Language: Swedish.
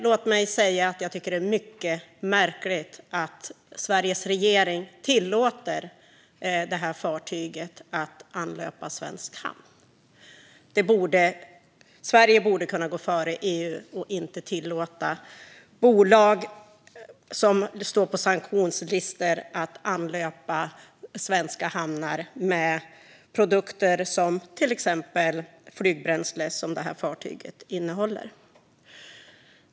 Låt mig säga att det är mycket märkligt att Sveriges regering tillåter det här fartyget att anlöpa svensk hamn. Sverige borde kunna gå före i EU och inte tillåta bolag som står på sanktionslistor att anlöpa svenska hamnar med produkter som exempelvis flygbränsle, vilket det här fartyget innehåller.